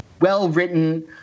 well-written